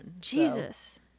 Jesus